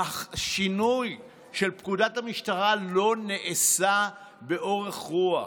השינוי של פקודת המשטרה לא נעשה באורך רוח,